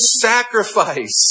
sacrifice